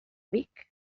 vic